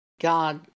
God